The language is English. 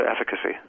efficacy